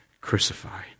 crucify